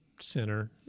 center